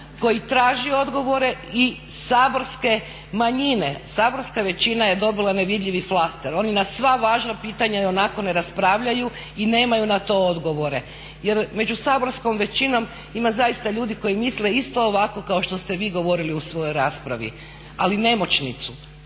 koji traži odgovore i saborske manjine? Saborska većina je dobila nevidljivi flaster, oni na sva važna pitanja i onako ne raspravljaju i nemaju na to odgovore jer među saborskom većinom ima zaista ljudi koji misle isto ovako kao što ste vi govorili u svojoj raspravi. Ali nemoćni